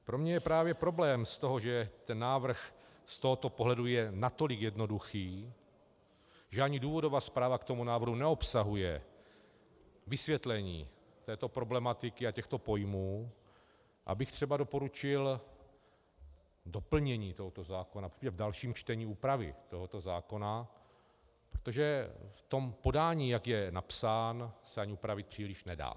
Pro mě je právě problém z toho, že návrh z tohoto pohledu je natolik jednoduchý, že ani důvodová zpráva k návrhu neobsahuje vysvětlení této problematiky a těchto pojmů, abych třeba doporučil doplnění tohoto zákona, úpravy v dalším čtení tohoto zákona, protože v podání, jak je napsán, se ani upravit příliš nedá.